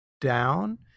down